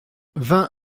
vingt